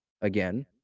again